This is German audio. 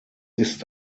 ist